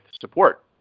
support